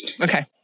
okay